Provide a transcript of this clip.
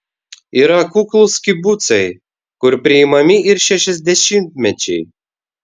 yra kuklūs kibucai kur priimami ir šešiasdešimtmečiai